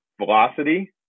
velocity